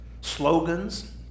slogans